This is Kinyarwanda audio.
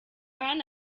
hano